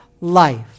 life